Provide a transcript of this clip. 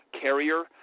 carrier